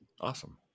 Awesome